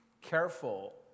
careful